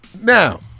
Now